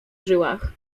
żyłach